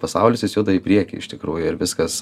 pasaulis jis juda į priekį iš tikrųjų ir viskas